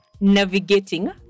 navigating